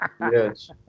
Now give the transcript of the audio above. Yes